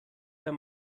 der